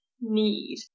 need